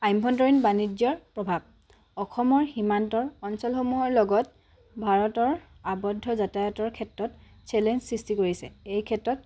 আভ্যন্তৰীণ বাণিজ্যৰ প্ৰভাৱ অসমৰ সীমান্তৰ অঞ্চলসমূহৰ লগত ভাৰতৰ আৱদ্ধ যাতায়তৰ ক্ষেত্ৰত চেলেঞ্জ সৃষ্টি কৰিছে এই ক্ষেত্ৰত